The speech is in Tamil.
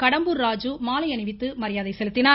கடம்பூர் ராஜு மாலை அணிவித்து மரியாதை செலுத்தினார்